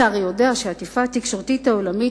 אתה הרי יודע שהעטיפה התקשורתית העולמית